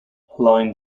line